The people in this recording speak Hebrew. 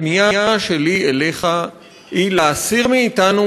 הפנייה שלי אליך היא להסיר מאתנו,